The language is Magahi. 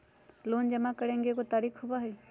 लोन जमा करेंगे एगो तारीक होबहई?